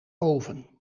oven